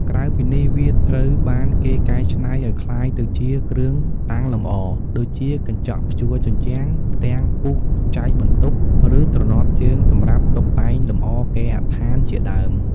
ក្រៅពីនេះវាត្រូវបានគេកែឆ្នៃឲ្យក្លាយទៅជាគ្រឿងតាំងលម្អដូចជា កញ្ចក់ព្យួរជញ្ជាំង ផ្ទាំងពុះចែកបន្ទប់ ឬទ្រនាប់ជើងសម្រាប់តុបតែងលម្អគេហដ្ឋានជាដើម។